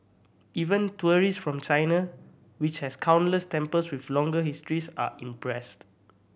even tourists from China which has countless temples with longer histories are impressed